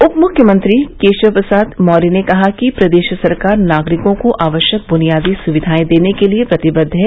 उपमुख्यमंत्री केशव प्रसाद मौर्य ने कहा कि प्रदेश सरकार नागरिकों को आवश्यक बुनियादी सुविधाएं देने के लिए प्रतिबद्व है